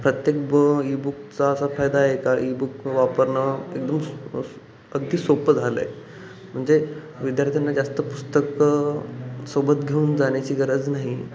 प्रत्येक ब ईबुकचा असा फायदा आहे का ईबुक वापरणं एकदम अगदी सोप्पं झालं आहे म्हणजे विद्यार्थ्यांना जास्त पुस्तकं सोबत घेऊन जाण्याची गरज नाही